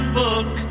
book